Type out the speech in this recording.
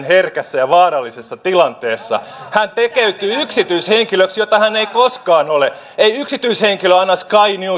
herkässä ja vaarallisessa tilanteessa hän tekeytyy yksityishenkilöksi jota hän ei koskaan ole ei yksityishenkilö anna sky